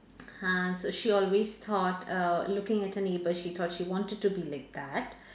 uh so she always thought err looking at her neighbour she thought she wanted to be like that